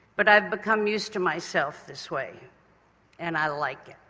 but i've become used to myself this way and i like